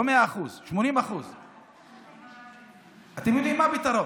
לא 100%, 80%. אתם יודעים מה הפתרון,